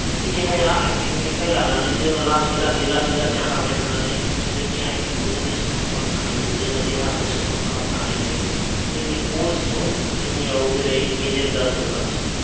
जोंनि देहाया आथिंनिफ्राय लानानै जोङो लासै लासै लासै लासै खारबाय थानानै जोंनि आथिंखौ जोङो स्ट्रं खालामनो हायो जोङो देहाखौ स्ट्रं खालामनो हायो जोंनि कलेस्ट्रल जोंनियाव जेरै मेजेम जाजोबो मानसिनियाव